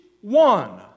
one